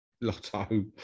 Lotto